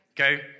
Okay